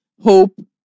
hope